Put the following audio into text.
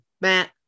Matt